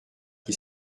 qui